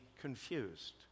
confused